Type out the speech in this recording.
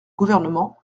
gouvernement